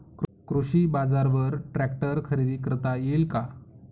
कृषी बाजारवर ट्रॅक्टर खरेदी करता येईल का?